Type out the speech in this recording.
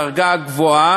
כלומר אנשים בדרגה הגבוהה,